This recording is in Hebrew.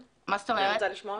מה זאת אומרת?